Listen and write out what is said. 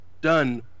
done